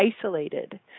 isolated